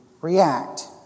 react